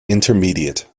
intermediate